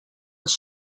els